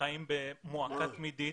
וחיות במועקה תמידית.